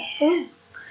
Yes